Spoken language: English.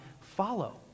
follow